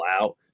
out